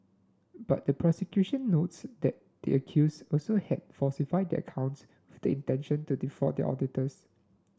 but the prosecution notes that the accused also had falsified their accounts the intention to defraud their auditors